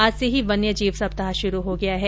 आज से ही वन्य जीव सप्ताह शुरू हो गया है